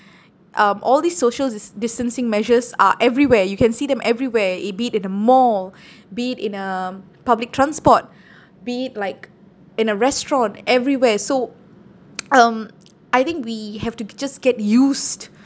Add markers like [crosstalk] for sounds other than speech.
um all these social dis~ distancing measures are everywhere you can see them everywhere i~ be it in the mall be it in a public transport be it like in a restaurant everywhere so [noise] um I think we have to just get used